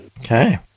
Okay